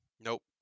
Nope